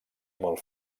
molt